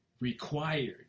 required